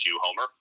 homer